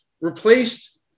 replaced